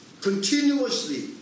continuously